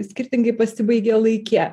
skirtingai pasibaigia laike